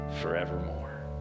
forevermore